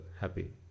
happy